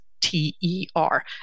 T-E-R